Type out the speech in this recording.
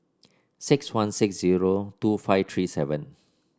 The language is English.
six one six zero two five three seven